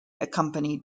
accompanied